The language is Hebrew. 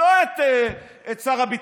לא את שר הביטחון,